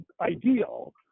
ideal